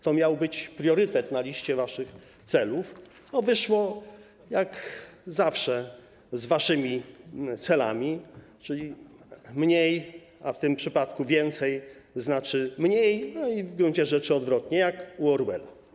To miał być priorytet na liście waszych celów, a wyszło jak zawsze z waszymi celami, czyli mniej, a w tym przypadku więcej znaczy mniej, no i w gruncie rzeczy odwrotnie, jak u Orwella.